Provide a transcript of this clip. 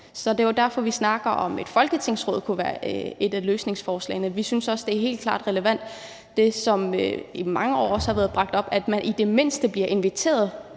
Så det er jo derfor, vi snakker om, at et folketingsråd kunne være et af løsningsforslagene. Vi synes også helt klart, at det, som i mange år har været